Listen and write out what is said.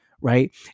right